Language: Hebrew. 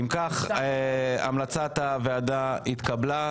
אם כך, המלצת הוועדה התקבלה.